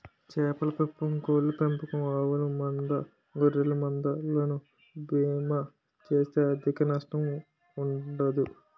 చేపల పెంపకం కోళ్ళ పెంపకం ఆవుల మంద గొర్రెల మంద లకు బీమా చేస్తే ఆర్ధిక నష్టం ఉండదు